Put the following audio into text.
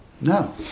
no